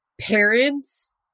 parents